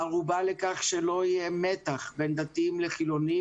הערובה לכך שלא יהיה מתח בין דתיים לחילונים